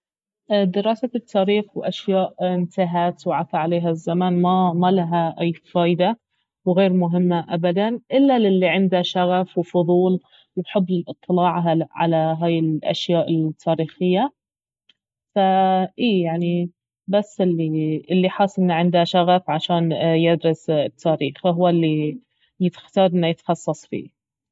دراسة التاريخ واشياء انتهت وعفى عليها الزمن ما- ما لها أي فايدة وغير مهمة ابدا إلا للي عنده شغف وفضول وحب للاطلاع على هاي الأشياء التاريخية ف- أي يعني بس الي حاس انه عنده شغف انه يدرس التاريخ اهو الي يختار انه يتخصص فيه